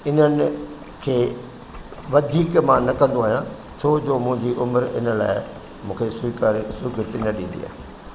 इनन में खे वधीक मां न कंदो आहियां छोजो मुंहिंजी उमिरि इन लाइ मूंखे स्वीकर स्वीकृति न ॾींदी आहे